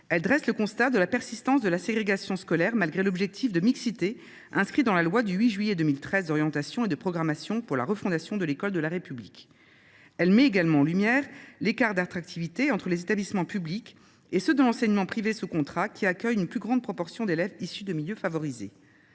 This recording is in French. collègue dresse le constat de la persistance de la ségrégation scolaire, malgré l’inscription de l’objectif de mixité dans la loi du 8 juillet 2013 d’orientation et de programmation pour la refondation de l’école de la République. Elle met également en lumière l’écart d’attractivité entre les établissements publics et ceux de l’enseignement privé sous contrat, qui accueillent une plus grande proportion d’élèves issus de milieux favorisés.